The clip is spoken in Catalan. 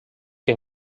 que